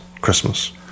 Christmas